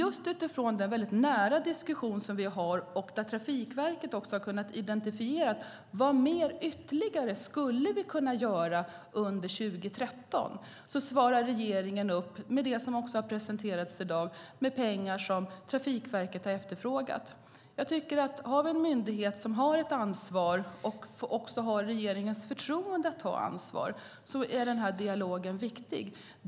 Utifrån den nära diskussion som vi har, där Trafikverket kunnat identifiera vad vi skulle kunna göra ytterligare under 2013, svarar regeringen upp med det som har presenterats i dag, nämligen pengar som Trafikverket efterfrågar. Har vi en myndighet som har ett ansvar, och också har regeringens förtroende när det gäller att ta ansvar, är den dialogen viktig.